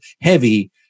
heavy